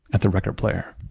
at the record player,